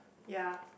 ya